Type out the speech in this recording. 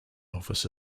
office